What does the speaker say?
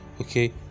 Okay